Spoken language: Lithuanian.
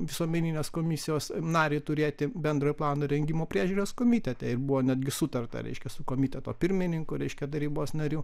visuomeninės komisijos narį turėti bendrojo plano rengimo priežiūros komitete ir buvo netgi sutarta reiškia su komiteto pirmininku reiškia tarybos nariu